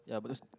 ya but those